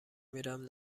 میرم